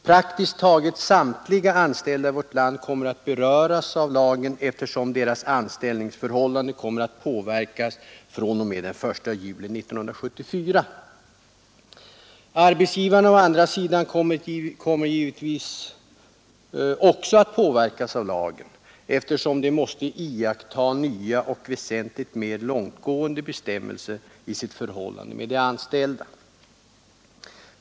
Praktiskt taget samtliga anställda i vårt land kommer att beröras av lagen, eftersom deras anställningsförhållanden kommer att påverkas fr.o.m. den 1 juli 1974. Arbetsgivarna å andra sidan kommer givetvis också att påverkas av lagen, eftersom de måste iaktta nya och väsentligt mer långtgående bestämmelser i sitt förhållande till de anställda.